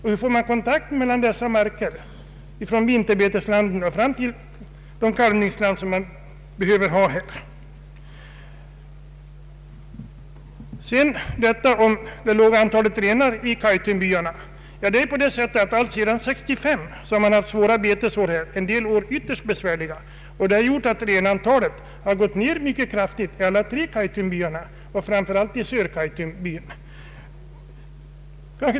Hur ordnar man kontakten mellan dessa marker, dvs. mellan vinterbeteslanden och de kalvningsplatser man behöver? Frågan om det låga antalet renar i Kaitumbyarna har också berörts. Alltsedan år 1965 har man haft svåra betesår — en del ytterst besvärliga. Det har medfört att renantalet har gått ned mycket kraftigt i alla tre Kaitumbyarna, framför allt i Sörkaitumbyn.